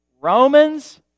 Romans